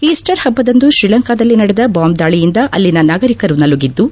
Easter ಹಬ್ಬದಂದು ಶ್ರೀಲಂಕಾದಲ್ಲಿ ನಡೆದ ಬಾಂಬ್ ದಾಳಿಯಿಂದ ಅಲ್ಲಿನ ನಾಗರಿಕರು ನಲುಗಿದ್ದು